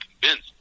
convinced